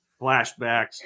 flashbacks